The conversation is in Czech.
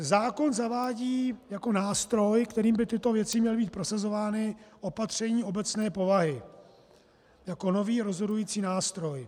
Zákon zavádí jako nástroj, kterým by tyto věci měly být prosazovány, opatření obecné povahy jako nový rozhodující nástroj.